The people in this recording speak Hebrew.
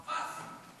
מיקי.